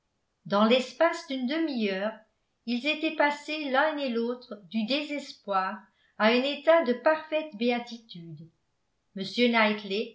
dans l'espace d'une demi-heure ils étaient passés l'un et l'autre du désespoir à un état de parfaite béatitude